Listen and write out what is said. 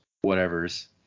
whatever's